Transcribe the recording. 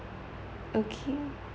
okay